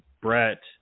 Brett